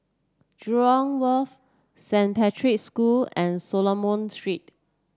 Jurong Wharf Saint Patrick's School and Solomon Street